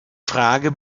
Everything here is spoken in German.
frage